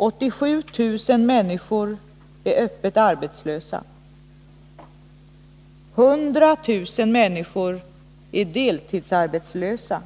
87 000 människor är öppet arbetslösa, 100 000 är deltidsarbetslösa